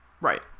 Right